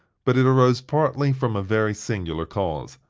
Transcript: but it arose partly from a very singular cause.